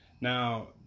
Now